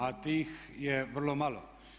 A tih je vrlo malo.